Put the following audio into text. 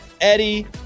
Eddie